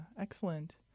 excellent